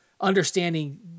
understanding